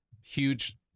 huge